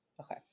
Okay